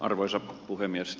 arvoisa puhemies